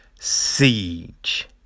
Siege